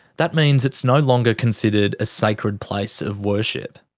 that means it's no longer considered a sacred place of worship.